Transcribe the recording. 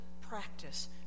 practice